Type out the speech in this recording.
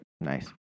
nice